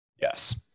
Yes